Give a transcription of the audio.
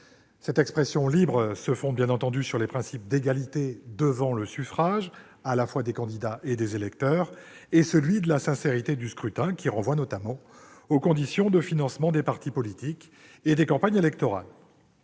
Cette expression libre se fonde, bien entendu, sur les principes d'égalité devant le suffrage, à la fois des candidats et des électeurs, et de sincérité du scrutin, lequel renvoie notamment aux conditions de financement des partis politiques et des campagnes électorales.